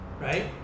right